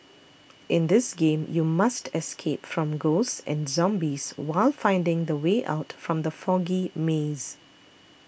in this game you must escape from ghosts and zombies while finding the way out from the foggy maze